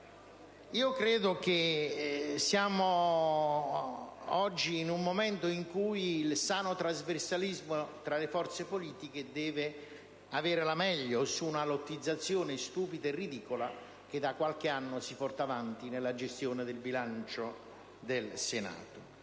Penso che siamo oggi in un momento in cui il sano trasversalismo tra le forze politiche deve avere la meglio su una lottizzazione stupida e ridicola che da qualche anno si porta avanti nella gestione del bilancio del Senato.